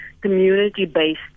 community-based